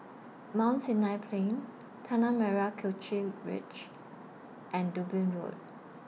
Mount Sinai Plain Tanah Merah Kechil Ridge and Dublin Road